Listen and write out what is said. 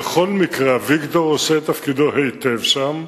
בכל מקרה, אביגדור עושה את תפקידו היטב שם,